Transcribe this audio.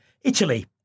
Italy